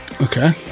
okay